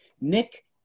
Nick